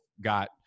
got –